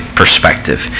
perspective